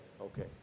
Okay